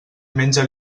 menja